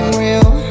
real